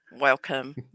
Welcome